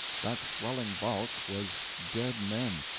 that swelling bulk was dead men!